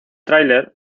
tráiler